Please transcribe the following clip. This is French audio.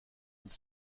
une